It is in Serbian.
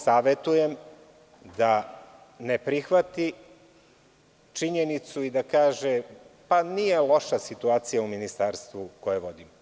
Savetujem mu da ne prihvati činjenicu i da kaže – pa, nije loša situacija u ministarstvu koje vodim.